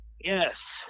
Yes